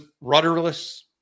rudderless